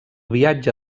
viatge